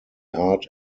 art